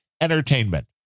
entertainment